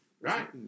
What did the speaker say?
Right